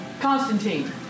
Constantine